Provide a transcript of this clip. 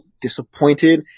disappointed